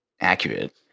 accurate